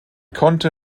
konnte